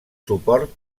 suport